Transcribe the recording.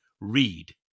read